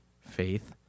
faith